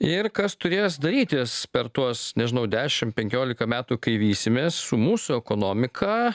ir kas turės darytis per tuos nežinau dešimt penkiolika metų kai vysimės mūsų ekonomiką